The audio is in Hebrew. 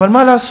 אבל מה לעשות,